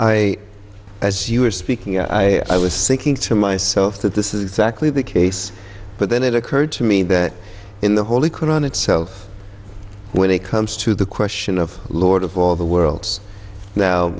know as you were speaking i was thinking to myself that this is exactly the case but then it occurred to me that in the holy koran itself when it comes to the question of lord of all the worlds now